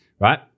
right